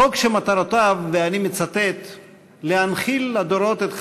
חוק שמטרותיו "להנחיל לדורות את חזונו,